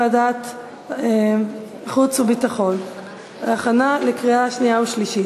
לוועדת החוץ והביטחון נתקבלה.